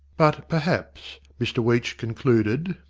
but perhaps, mr weech concluded,